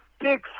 Big